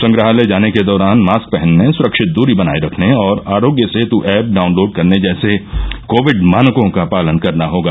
संग्रहालय जाने के दौरान मास्क पहनने सुरक्षित दूरी बनाए रखने और आरोग्य सेतु ऐप डाउनलोड करने जैसे कोविड मानकों का पालन करना होगा